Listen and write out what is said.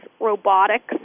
Robotics